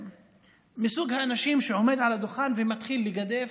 מסוג האנשים שעומד על הדוכן ומתחיל לגדף,